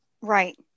Right